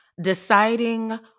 deciding